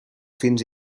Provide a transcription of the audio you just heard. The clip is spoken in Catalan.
fins